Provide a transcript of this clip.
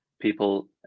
people